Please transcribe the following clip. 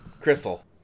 Crystal